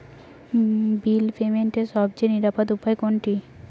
বিল পেমেন্টের সবচেয়ে নিরাপদ উপায় কোনটি?